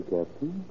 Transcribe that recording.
Captain